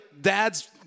dads